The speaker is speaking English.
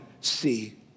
see